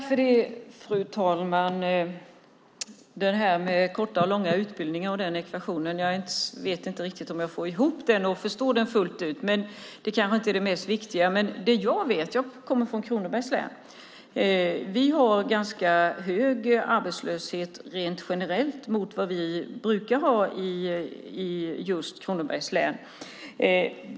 Fru talman! Jag vet inte riktigt som jag får ihop ekvationen med korta och långa utbildningar och förstår den fullt ut, men det kanske inte är det viktiga. Jag kommer från Kronobergs län. Vi har ganska hög arbetslöshet rent generellt mot vad vi brukar ha i just Kronobergs län.